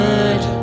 Good